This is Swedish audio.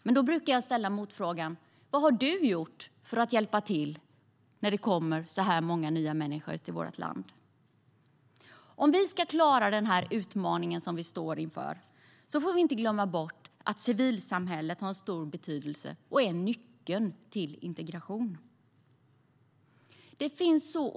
Jag brukar då ställa frågan: Vad har du gjort för att hjälpa till när så här många människor kommer till vårt land? Om vi ska klara denna utmaning får vi inte glömma bort att civilsamhället har stor betydelse och är nyckeln till integration.